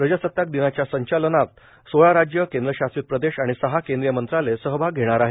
प्रजासताक दिनाच्या संचलनात सोळा राज्यं केंद्रशासित प्रदेश आणि सहा केंद्रीय मंत्रालय सहभाग घेणार आहेत